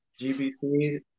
GBC